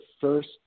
first